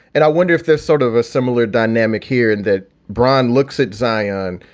and i wonder if there's sort of a similar dynamic here in that bryan looks at zion,